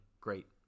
great